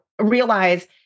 realize